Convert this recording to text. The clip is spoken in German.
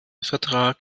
vertrag